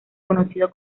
conocido